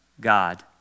God